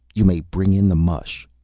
you may bring in the mush,